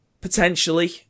Potentially